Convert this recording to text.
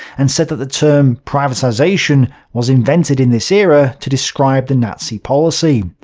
and said that the term privatization was invented in this era to describe the nazi policy.